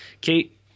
Kate